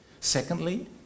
Secondly